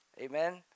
Amen